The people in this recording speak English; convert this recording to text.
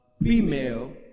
female